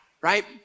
right